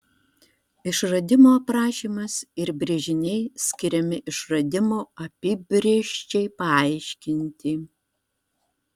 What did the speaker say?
išradimo aprašymas ir brėžiniai skiriami išradimo apibrėžčiai paaiškinti